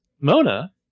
Mona